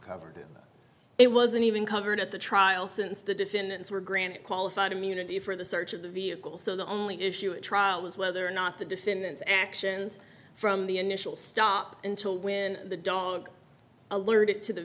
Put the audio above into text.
covered it wasn't even covered at the trial since the defendants were granted qualified immunity for the search of the vehicle so the only issue of trial was whether or not the defendant's actions from the initial stop until when the dog alerted to the